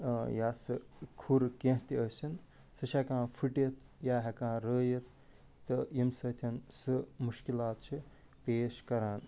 یا سُہ کھُر کیٚنٛہہ تہِ ٲسِنۍ سُہ چھِ ہٮ۪کان فٕٹِتھ یا ہٮ۪کان رٲیِتھ تہٕ ییٚمہِ سۭتۍ سُہ مُشکِلات چھِ پیش کَران